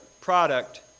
product